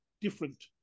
different